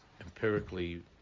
empirically